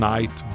Night